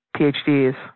PhDs